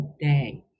day